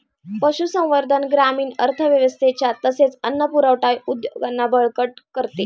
पशुसंवर्धन ग्रामीण अर्थव्यवस्थेच्या तसेच अन्न पुरवठा उद्योगांना बळकट करते